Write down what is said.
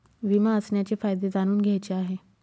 विमा असण्याचे फायदे जाणून घ्यायचे आहे